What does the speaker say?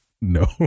No